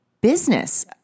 business